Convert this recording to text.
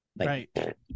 right